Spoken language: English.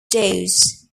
dawes